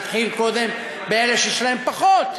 נתחיל קודם באלה שיש להם פחות.